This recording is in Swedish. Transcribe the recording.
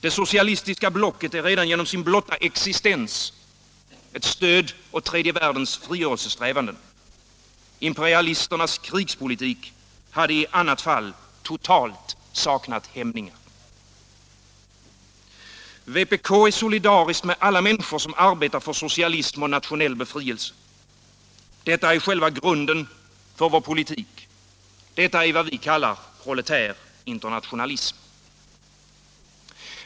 Det socialistiska blocket är redan genom sin blotta existens ett stöd åt tredje världens frigörelsesträvanden. Imperialisternas krigspolitik hade i annat fall totalt saknat hämningar. Vpk är solidariskt med alla människor som arbetar för socialism och nationell befrielse. Det är själva grunden för vår politik. Detta är vad vi kallar proletär internationalism.